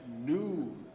new